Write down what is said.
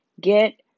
get